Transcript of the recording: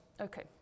Okay